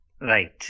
Right